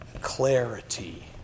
Clarity